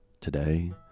Today